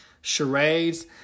charades